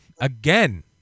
again